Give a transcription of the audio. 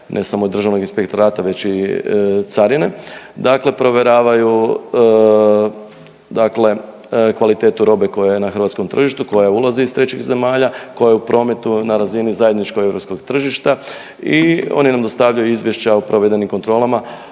ne samo Državnog inspektorata već i carine, dakle provjeravaju dakle kvalitetu robe koja na hrvatskom tržištu, koja ulazi iz trećih zemalja, koja je u prometu na razini zajedničkog europskog tržišta i oni nam dostavljaju izvješća o provedenim kontrolama.